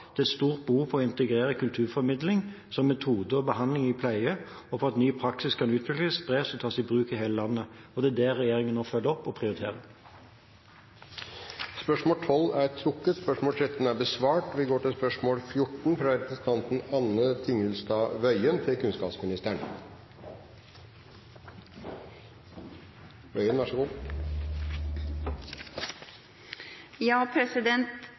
er stort behov for å integrere kulturformidling som metode i behandling og pleie, og for at ny praksis kan utvikles, spres og tas i bruk i hele landet.» Det er det regjeringen nå følger opp og prioriterer. Dette spørsmålet er trukket. Spørsmål 13 er besvart, så vi går til spørsmål 14.